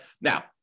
Now